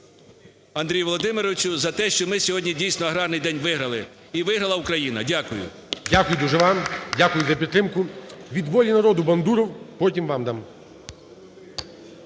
Андрій Володимировичу, за те, що ми сьогодні дійсно аграрний день виграли, і виграла Україна. Дякую. ГОЛОВУЮЧИЙ. Дякую дуже вам. Дякую за підтримку. Від "Воля народу" Бандуров, потім вам дам.